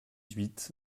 huit